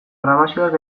grabazioak